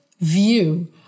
view